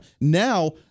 Now